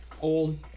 old